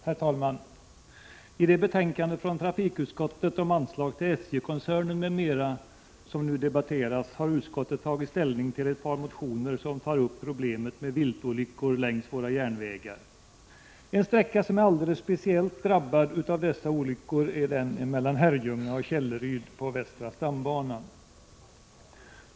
Herr talman! I det betänkande från trafikutskottet om anslag till SJ koncernen m.m. som nu debatteras har utskottet tagit ställning till ett par motioner som tar upp problemet med viltolyckor längs våra järnvägar. En sträcka som alldeles speciellt är drabbad av dessa olyckor är den som går mellan Herrljunga och Källeryd på västra stambanan.